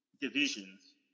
divisions